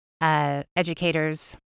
educators